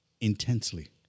intensely